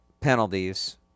penalties